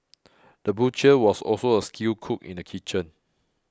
the butcher was also a skilled cook in the kitchen